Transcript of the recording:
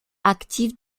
actifs